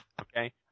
Okay